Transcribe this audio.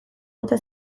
bota